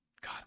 God